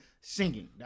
singing